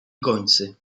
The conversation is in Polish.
gońcy